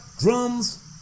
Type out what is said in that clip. drums